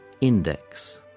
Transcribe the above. Index